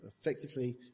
effectively